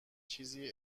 چیزی